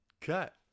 Cut